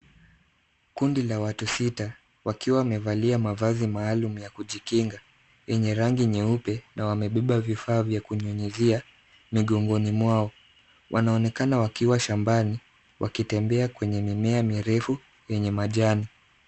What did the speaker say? Kundi la watu sita wakiwa wamevalia mavazi maalum ya kujikinga, yenye rangi nyeupe na wamebeba vifaa vya kunyunyizia migongoni mwao. Wanaonekana wakiwa shambani wakitembea kwenye mimea mirefu yenye majani.